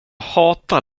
hatar